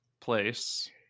place